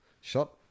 shot